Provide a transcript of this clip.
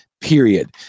period